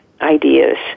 ideas